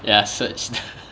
ya searched